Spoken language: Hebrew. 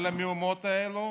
למהומות האלה,